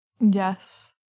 Yes